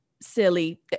silly